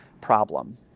problem